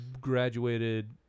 graduated